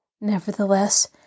Nevertheless